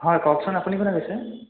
হয় কওকচোন আপুনি কোনে কৈছে